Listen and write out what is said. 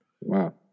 Wow